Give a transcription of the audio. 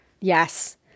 Yes